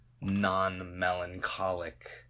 non-melancholic